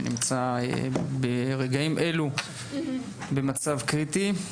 שנמצא ברגעים אלו במצב קריטי,